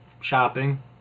shopping